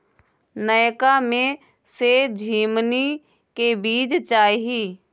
नयका में से झीमनी के बीज चाही?